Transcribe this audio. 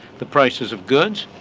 the prices of goods,